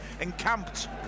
encamped